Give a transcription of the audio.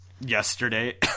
yesterday